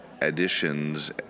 additions